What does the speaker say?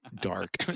dark